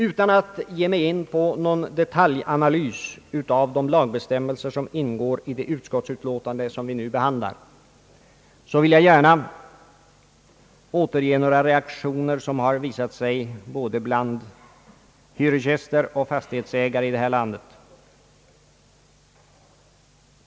Utan att ge mig in på någon detaljanalys av de lagbestämmelser som ingår i de utskottsutlåtanden som vi nu behandlar, vill jag gärna återge några reaktioner bland hyresgäster och fastighetsägare i det här landet.